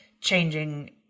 changing